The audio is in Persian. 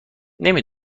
نمی